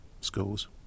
schools